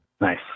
Nice